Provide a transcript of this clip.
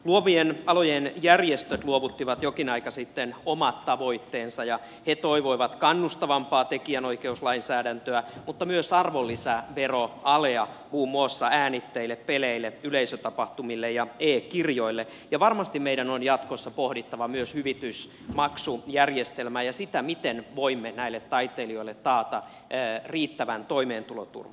luovien alojen järjestöt luovuttivat jokin aika sitten omat tavoitteensa ja he toivoivat kannustavampaa tekijänoikeuslainsäädäntöä mutta myös arvonlisäveroalea muun muassa äänitteille peleille yleisötapahtumille ja e kirjoille ja varmasti meidän on jatkossa pohdittava myös hyvitysmaksujärjestelmää ja sitä miten voimme näille taiteilijoille taata riittävän toimeentuloturvan